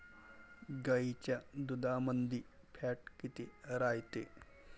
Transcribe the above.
गाईच्या दुधामंदी फॅट किती रायते?